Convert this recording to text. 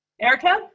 Erica